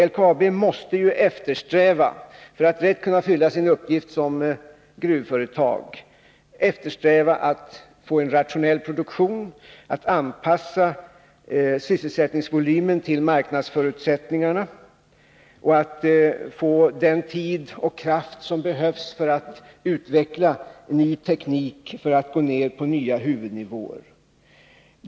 LKAB måste, för att rätt kunna fylla sin uppgift som gruvföretag, eftersträva att få en rationell produktion, att anpassa sysselsättningsvolymen till marknadsförutsättningarna och att få den tid och kraft som behövs för att utveckla ny teknik, för att gå ner på nya huvudnivåer.